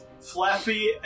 Flappy